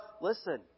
Listen